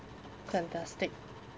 fantastic